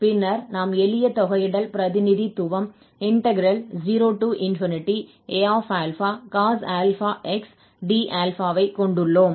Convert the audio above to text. பின்னர் நாம் எளிய தொகையிடல் பிரதிநிதித்துவம் 0Acos αx d∝ கொண்டுள்ளோம்